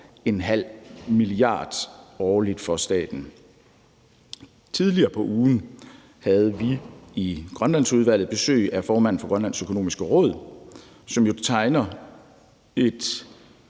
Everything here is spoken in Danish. over 0,5 mia. kr. årligt for staten. Kl. 10:24 Tidligere på ugen havde vi i Grønlandsudvalget besøg af formanden for Grønlands økonomiske råd, som jo tegner et